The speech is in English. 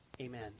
Amen